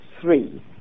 three